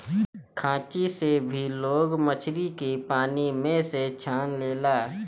खांची से भी लोग मछरी के पानी में से छान लेला